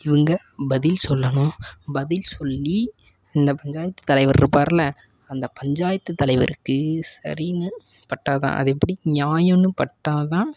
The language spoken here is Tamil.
இவங்க பதில் சொல்லணும் பதில் சொல்லி இந்த பஞ்சாயத்துத் தலைவர் இருப்பாருல்லை அந்த பஞ்சாயத்துத் தலைவருக்கு சரின்னு பட்டால் தான் அது எப்படி நியாயன்னு பட்டால் தான்